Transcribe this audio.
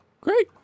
great